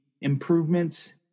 improvements